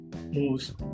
moves